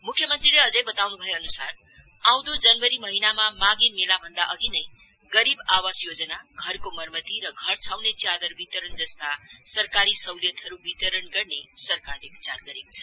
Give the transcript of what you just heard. मुख्य मंत्रीले अझै भएअनुसार आउँदो जनवरी महिनामा माघे मेलाभन्दा अघि नै गरीब आवास योजना घरको मरमती र घर छाउने च्यादर वितरण जस्ता सरकारी सहलियतहरु वितरण गर्ने सरकारले विचार गरेको छ